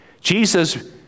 Jesus